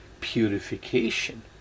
purification